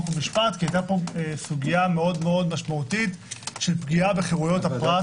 חוק ומשפט כי היתה פה סוגיה מאוד משמעותית של פגיעה בחירויות הפרט.